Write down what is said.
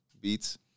Beats